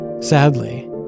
Sadly